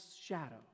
shadow